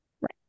Right